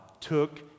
took